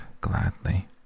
gladly